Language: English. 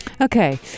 Okay